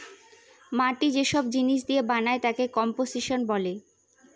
মাটি যে সব জিনিস দিয়ে বানায় তাকে কম্পোসিশন বলে